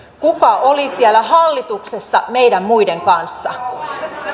kuka oli siellä hallituksessa meidän muiden kanssa